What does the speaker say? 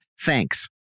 Thanks